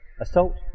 assault